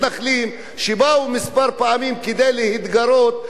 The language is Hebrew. שבאו כמה פעמים כדי להתגרות ולגרום